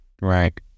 Right